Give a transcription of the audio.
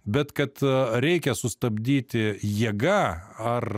bet kad reikia sustabdyti jėga ar